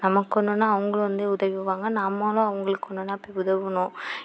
நமக்கொன்றுனா அவங்களும் வந்து உதவுவாங்க நாமளும் அவங்களுக்கு ஒன்றுனா போய் உதவணும்